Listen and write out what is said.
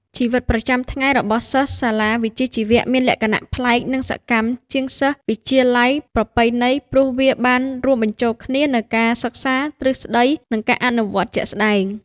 ជីវិតប្រចាំថ្ងៃរបស់សិស្សសាលាវិជ្ជាជីវៈមានលក្ខណៈប្លែកនិងសកម្មជាងសិស្សវិទ្យាល័យប្រពៃណី ព្រោះវាបានរួមបញ្ចូលគ្នានូវការសិក្សាទ្រឹស្តី និងការអនុវត្តជាក់ស្តែង។